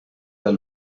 del